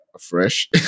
fresh